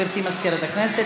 גברתי מזכירת הכנסת,